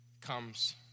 comes